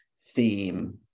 theme